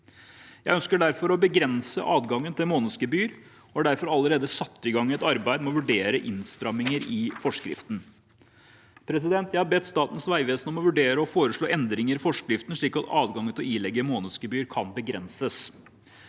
Jeg ønsker derfor å begrense adgangen til månedsgebyr og har allerede satt i gang et arbeid med å vurdere innstramminger i forskriften. Jeg har bedt Statens vegvesen om å vurdere og foreslå endringer i forskriften, slik at adgangen til å ilegge månedsgebyr kan begrenses.